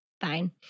Fine